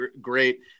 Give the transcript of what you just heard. great